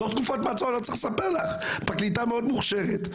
את פרקליטה מאוד מוכשרת,